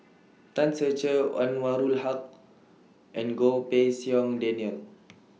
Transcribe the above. Tan Ser Cher Anwarul Haque and Goh Pei Siong Daniel